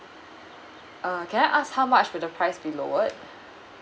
uh can I ask how much will the price be lowered